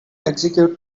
execute